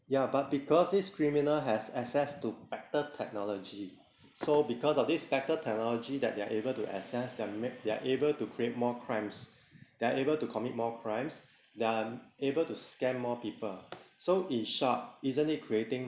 ya but because this criminal has access to better technology so because of this better technology that they're able to access they're made they're able to create more crimes they're able to commit more crimes they're able to scam more people so in short isn't it creating